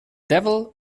devil